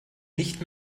nicht